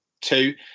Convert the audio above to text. two